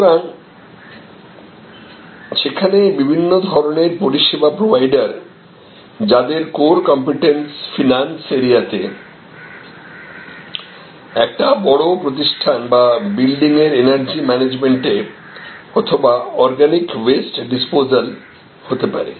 সুতরাং সেখানে বিভিন্ন ধরনের পরিষেবা প্রোভাইডার যাদের কোর কমপিটেন্স ফিনান্স এরিয়া তে একটি বড় প্রতিষঠান বা বিল্ডিং এর এনার্জি ম্যানেজমেন্টে অথবা অর্গানিক ওয়েস্ট ডিসপোজাল হতে পারে